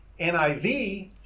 NIV